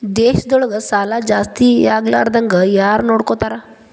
ದೇಶದೊಳಗ ಸಾಲಾ ಜಾಸ್ತಿಯಾಗ್ಲಾರ್ದಂಗ್ ಯಾರ್ನೊಡ್ಕೊತಾರ?